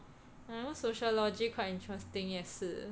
sociology quite interesting 也是